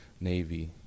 navy